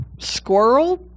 squirrel